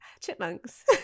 chipmunks